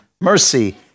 mercy